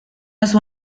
las